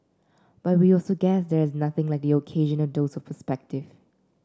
but we also guess there's nothing like the occasional dose of perspective